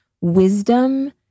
wisdom